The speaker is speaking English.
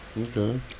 Okay